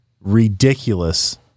ridiculous